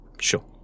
sure